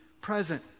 present